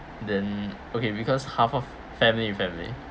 then okay because half of family family